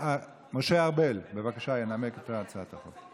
משה ארבל ינמק את הצעת החוק,